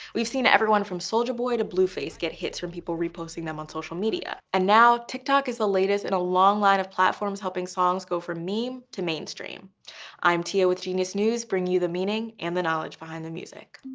we've seen everyone from soulja boy to blueface get hits from people reposting them on social media. tia and now, tiktok is the latest in a long line of platforms helping songs go from meme to mainstream. tia i'm tia with genius news, bringing you the meaning and the knowledge behind the music.